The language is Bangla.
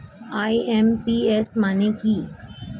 আই.এম.পি.এস মানে কি?